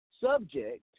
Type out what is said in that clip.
subject